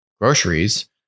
groceries